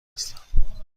هستم